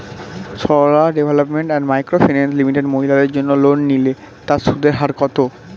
Sarala development and micro finance limited মহিলাদের জন্য loan নিলে তার সুদের হার কত?